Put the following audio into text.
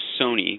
Sony